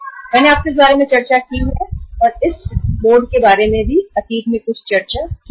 मैंने आपसे इस मोड के बारे में पहले चर्चा की थी